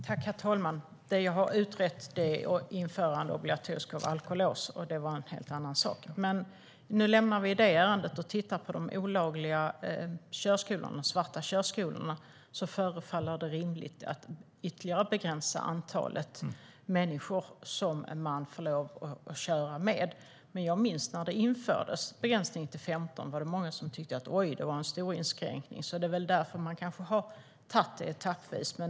Herr talman! Det jag har utrett är införande av obligatoriskt alkolås. Det var en helt annan sak. Men nu lämnar vi det ärendet och tittar på de olagliga körskolorna. Det förefaller rimligt att ytterligare begränsa det antal människor man får lov att köra med. Men jag minns när begränsningen till 15 personer infördes. Då var det många som tyckte att det var en stor inskränkning. Det är kanske därför man har tagit det etappvis.